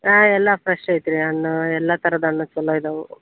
ಹಾಂ ಎಲ್ಲ ಫ್ರೆಶ್ ಐತಿ ರೀ ಹಣ್ಣು ಎಲ್ಲ ಥರದ ಹಣ್ಣು ಚಲೋ ಐದಾವು